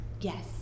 Yes